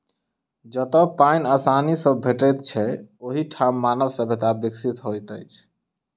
जतअ पाइन आसानी सॅ भेटैत छै, ओहि ठाम मानव सभ्यता विकसित होइत अछि